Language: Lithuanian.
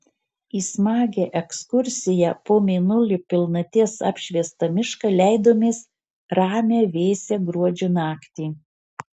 į smagią ekskursiją po mėnulio pilnaties apšviestą mišką leidomės ramią vėsią gruodžio naktį